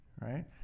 right